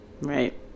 Right